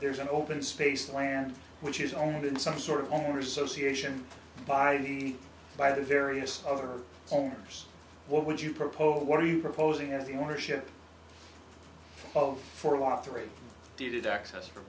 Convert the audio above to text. there's an open space land which is owned and some sort of owners association by the by the various other owners what would you propose what are you proposing as the ownership of four lottery did access for